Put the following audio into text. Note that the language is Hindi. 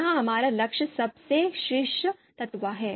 यह हमारा लक्ष्य सबसे शीर्ष तत्व है